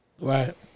Right